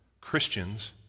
Christians